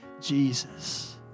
Jesus